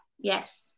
Yes